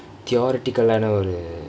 theoretical ஒறு:oru